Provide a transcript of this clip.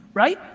right?